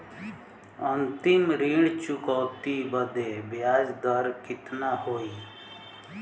अंतिम ऋण चुकौती बदे ब्याज दर कितना होई?